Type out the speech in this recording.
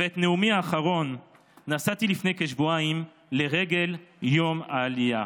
את נאומי האחרון נשאתי לפני כשבועיים לרגל יום העלייה.